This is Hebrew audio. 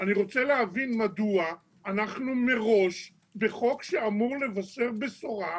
אני רוצה להבין מדוע בחוק שאמור לבשר בשורה,